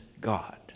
God